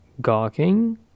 gawking